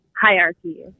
hierarchy